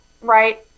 right